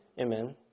Amen